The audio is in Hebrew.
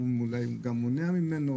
אולי גם מונע ממנו,